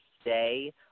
stay